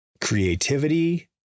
creativity